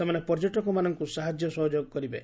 ସେମାନେ ପର୍ଯ୍ୟଟକମାନଙ୍କୁ ସାହାଯ୍ୟ ସହଯୋଗ କରିବେ